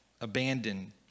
abandoned